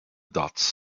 dots